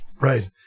Right